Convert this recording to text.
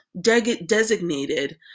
designated